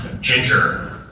Ginger